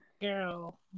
Girl